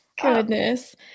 Goodness